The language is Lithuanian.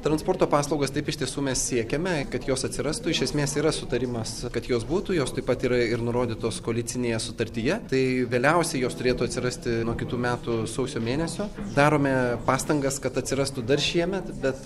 transporto paslaugas taip iš tiesų mes siekiame kad jos atsirastų iš esmės yra sutarimas kad jos būtų jos taip pat yra ir nurodytos koalicinėje sutartyje tai vėliausiai jos turėtų atsirasti nuo kitų metų sausio mėnesio darome pastangas kad atsirastų dar šiemet bet